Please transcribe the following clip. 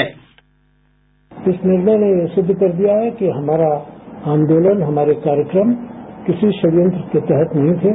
sound bite इस निर्णय ने यह सिद्ध कर दिया है कि हमारा आंदोलन हमारे कार्यक्रम किसी षडयंत्र के तहत नहीं थे